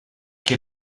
che